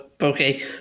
okay